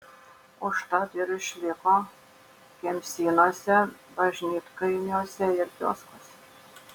užtat ir išliko kemsynuose bažnytkaimiuose ir kioskuose